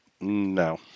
no